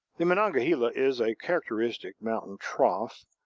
the monongahela is a characteristic mountain trough.